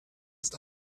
ist